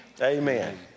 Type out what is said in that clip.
Amen